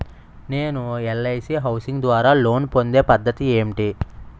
నేను LIC housing ద్వారా loan పొందే పద్ధతి ఏంటి?